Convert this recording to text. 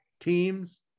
teams